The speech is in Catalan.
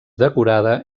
decorada